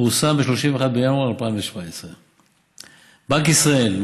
פורסם ב-31 בינואר 2017. בנק ישראל,